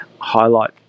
highlight